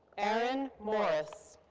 aaron morris.